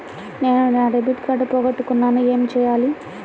నేను నా debit card పోగొట్టుకున్నాను ఏమి చేయాలి?